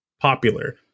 popular